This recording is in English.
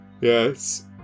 Yes